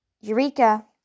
Eureka